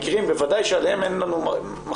בוודאי במקרים שעליהם אין לנו מחלוקת.